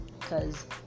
cause